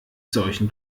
solchen